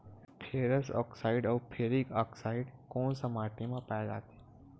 Ferrous oxide व ferric oxide कोन सा माटी म पाय जाथे?